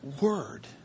word